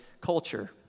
culture